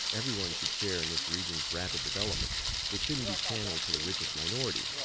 everyone should share in this region's rapid development it shouldn't be channeled to the richest minority. yeah